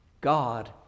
God